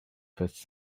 first